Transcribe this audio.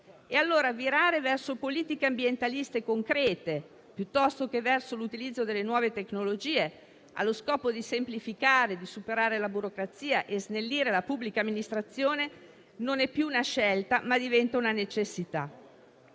Allora virare verso politiche ambientaliste concrete piuttosto che verso l'utilizzo delle nuove tecnologie, allo scopo di semplificare, superare la burocrazia e snellire la pubblica amministrazione, non è più una scelta, ma diventa una necessità.